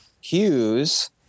Hughes